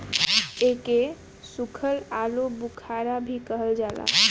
एके सुखल आलूबुखारा भी कहल जाला